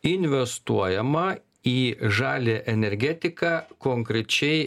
investuojama į žalią energetiką konkrečiai